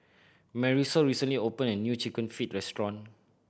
Marisol recently opened a new Chicken Feet restaurant